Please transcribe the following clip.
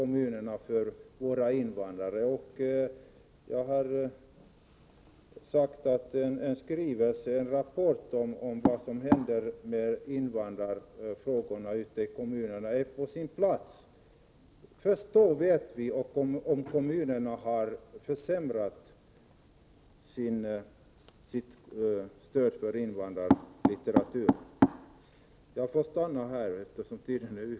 Jag har sagt att en rapport om vad som händer med invandrarfrågorna ute i kommunerna är på sin plats. Först då vet vi om kommunerna har försämrat sitt stöd för invandrarlitteraturen. Jag får sluta här, eftersom min tid är ute.